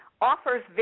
offers